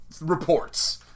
reports